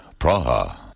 Praha